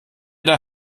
der